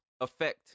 affect